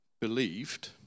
believed